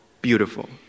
Beautiful